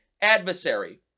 adversary